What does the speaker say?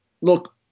Look